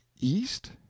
east